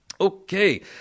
Okay